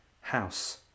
house